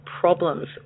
problems